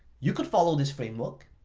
you could follow this framework,